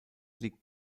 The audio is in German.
liegt